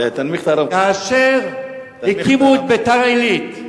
כאשר הקימו את ביתר-עילית,